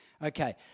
Okay